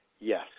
yes